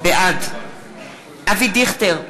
בעד אבי דיכטר,